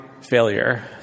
failure